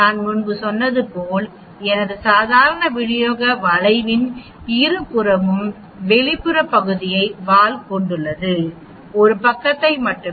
நான் முன்பே சொன்னது போல எனது சாதாரண விநியோக வளைவின் இருபுறமும் வெளிப்புற பகுதியை வால் கொண்டுள்ளது ஒரு பக்கத்தை மட்டும் 0